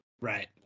Right